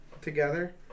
together